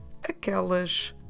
aquelas